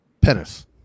penis